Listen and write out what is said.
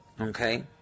Okay